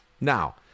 Now